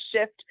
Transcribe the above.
shift